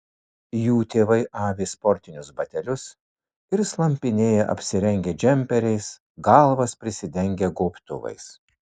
jų tėvai avi sportinius batelius ir slampinėja apsirengę džemperiais galvas prisidengę gobtuvais